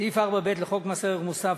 סעיף 4(ב) לחוק מס ערך מוסף,